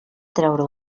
treure